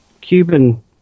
Cuban